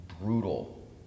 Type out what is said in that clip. brutal